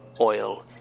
oil